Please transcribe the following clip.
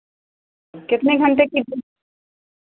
कितने घण्टे की